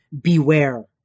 beware